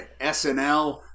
SNL